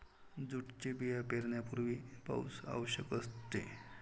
जूटचे बिया पेरण्यापूर्वी पाऊस आवश्यक असते